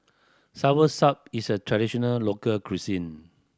soursop is a traditional local cuisine